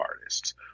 artists